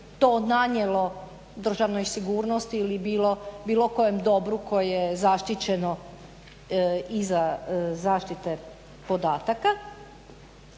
to nanijelo državnoj sigurnosti ili bilo kojem dobru koje je zaštićeno iza zaštite podataka,